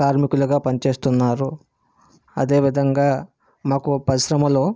కార్మికులగా పనిచేస్తున్నారు అదే విధంగా మాకు పరిశ్రమలో